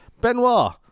benoit